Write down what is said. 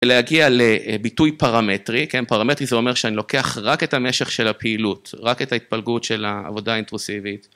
להגיע לביטוי פרמטרי, כן פרמטרי זה אומר שאני לוקח רק את המשך של הפעילות, רק את ההתפלגות של העבודה האינטרוסיבית.